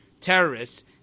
terrorists